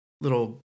little